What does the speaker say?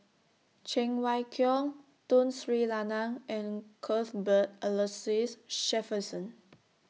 Cheng Wai Keung Tun Sri Lanang and Cuthbert Aloysius Shepherdson